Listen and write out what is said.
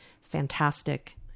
fantastic